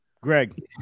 Greg